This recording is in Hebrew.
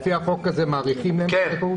לפי החוק הזה מאריכים להם את הזכאות?